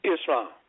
Islam